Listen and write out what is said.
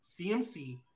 CMC